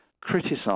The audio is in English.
criticise